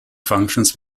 functions